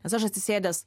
nes aš atsisėdęs